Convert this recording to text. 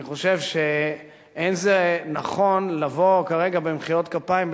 אני חושב שלא נכון לבוא כרגע במחיאות כפיים,